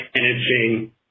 managing